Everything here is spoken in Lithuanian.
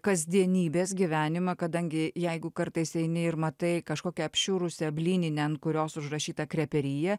kasdienybės gyvenimą kadangi jeigu kartais eini ir matai kažkokią apšiurusią blyninę ant kurios užrašyta kreperija